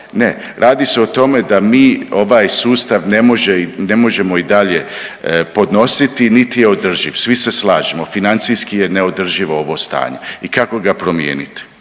ne, radi se o tome da mi ovaj sustav ne može, ne možemo i dalje podnositi, niti je održiv, svi se slažemo, financijski je neodrživo ovo stanje i kako ga promijeniti,